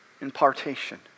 impartation